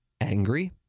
angry